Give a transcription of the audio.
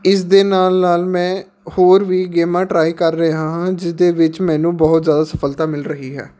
ਇਸ ਦੇ ਨਾਲ ਨਾਲ ਮੈਂ ਹੋਰ ਵੀ ਗੇਮਾਂ ਟਰਾਏ ਕਰ ਰਿਹਾ ਹਾਂ ਜਿਸ ਦੇ ਵਿੱਚ ਮੈਨੂੰ ਬਹੁਤ ਜ਼ਿਆਦਾ ਸਫਲਤਾ ਮਿਲ ਰਹੀ ਹੈ